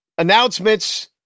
announcements